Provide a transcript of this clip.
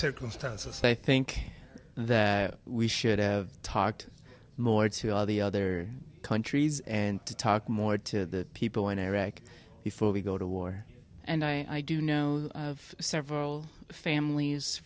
circumstances so i think that we should have talked more to all the other countries and to talk more to people in iraq before we go to war and i do know of several families